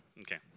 Okay